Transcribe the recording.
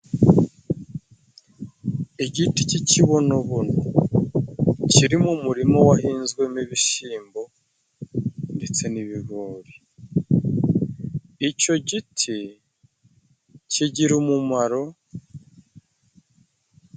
Igiti cy'ikibonobono kiri mu murima wahinzwe mo ibishyimbo ndetse n'ibigori. Icyo giti kigira umumaro.